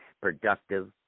productive